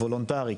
וולונטרי,